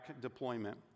deployment